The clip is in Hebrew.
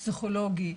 פסיכולוגי,